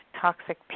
toxic